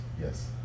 Yes